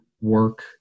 work